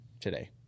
today